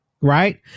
right